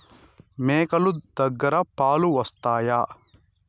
మేక లు దగ్గర పాలు వస్తాయా?